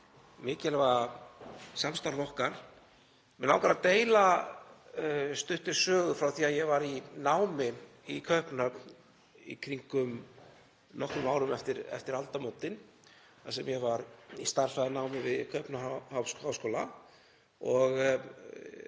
mikilvæga samstarf okkar. Mig langar að deila stuttri sögu frá því að ég var í námi í Kaupmannahöfn nokkrum árum eftir aldamótin þar sem ég var í stærðfræðinámi við Kaupmannahafnarháskóla.